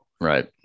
Right